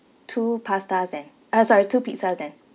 two pastas then uh sorry two pizzas then